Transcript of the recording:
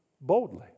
boldly